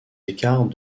écarts